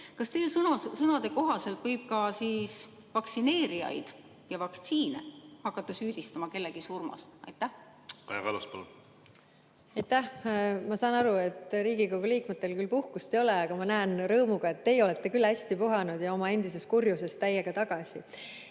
kas teie sõnade kohaselt võib siis ka vaktsineerijaid ja vaktsiine hakata süüdistama kellegi surmas? Kaja Kallas, palun! Kaja Kallas, palun! Aitäh! Ma saan aru, et Riigikogu liikmetel küll puhkust ei ole, aga ma näen rõõmuga, et teie olete küll hästi puhanud ja oma endises kurjuses täiega tagasi.